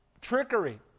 trickery